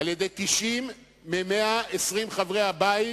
על-ידי 90 מ-120 חברי הבית,